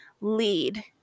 lead